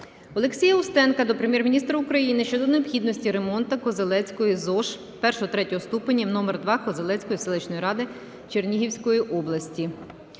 Олексія Устенка до Прем'єр-міністра України щодо необхідності ремонту Козелецької ЗОШ I-III ступенів номер 2 Козелецької селищної ради Чернігівської області.